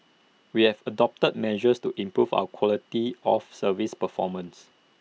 we have adopted measures to improve our quality of service performance